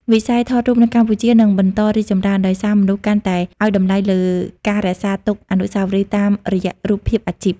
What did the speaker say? វិស័យថតរូបនៅកម្ពុជានឹងបន្តរីកចម្រើន ដោយសារមនុស្សកាន់តែឱ្យតម្លៃលើការរក្សាទុកអនុស្សាវរីយ៍តាមរយៈរូបភាពអាជីព។